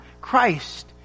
Christ